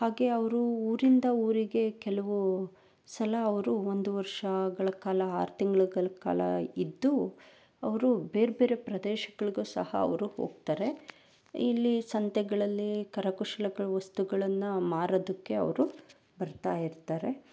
ಹಾಗೇ ಅವ್ರು ಊರಿಂದ ಊರಿಗೆ ಕೆಲವು ಸಲ ಅವರು ಒಂದು ವರ್ಷಗಳ ಕಾಲ ಆರು ತಿಂಗ್ಳುಗಳ ಕಾಲ ಇದ್ದು ಅವರು ಬೇರ್ ಬೇರೆ ಪ್ರದೇಶಗಳ್ಗು ಸಹ ಅವರು ಹೋಗ್ತಾರೆ ಇಲ್ಲಿ ಸಂತೆಗಳಲ್ಲಿ ಕರಕುಶಲ ವಸ್ತುಗಳನ್ನ ಮಾರೋದಕ್ಕೆ ಅವರು ಬರ್ತಾ ಇರ್ತಾರೆ